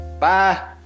Bye